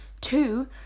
Two